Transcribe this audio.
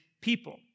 people